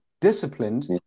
disciplined